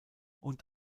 und